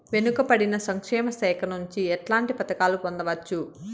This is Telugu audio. వెనుక పడిన సంక్షేమ శాఖ నుంచి ఎట్లాంటి పథకాలు పొందవచ్చు?